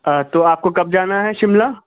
تو آپ کو کب جانا ہے شملہ